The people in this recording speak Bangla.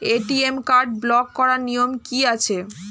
এ.টি.এম কার্ড ব্লক করার নিয়ম কি আছে?